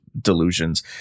delusions